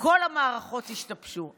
כל המערכות השתבשו.